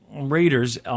Raiders